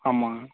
ஆமாம்